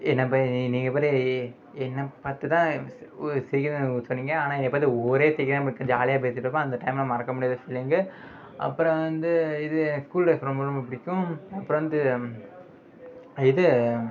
நம்ப நீங்கள் என்ன பார்த்துதா செய்யறாங்க சொன்னீங்க ஆனால் என்ன பார்த்து ஒரே தெரியாமல் இருக்க ஜாலியாக பேசிட்டுருப்போம் அந்த டைம்மில் மறக்க முடியாத ஃபீலிங்கு அப்புறம் வந்து இது ஸ்கூல் டேஸ் ரொம்ப ரொம்ப பிடிக்கும் அப்புறம் வந்து இது